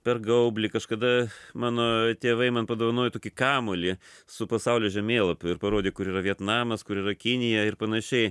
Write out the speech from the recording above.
per gaublį kažkada mano tėvai man padovanojo tokį kamuolį su pasaulio žemėlapiu ir parodė kur yra vietnamas kur yra kinija ir panašiai